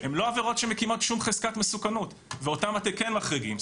הן לא עבירות שמקימות שום חזקת מסוכנות ואותן אתם כן מחריגים.